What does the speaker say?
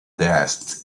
dashed